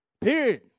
Period